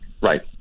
Right